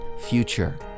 future